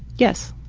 yes!